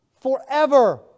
forever